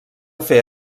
fer